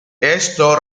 esto